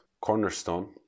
cornerstone